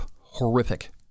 horrific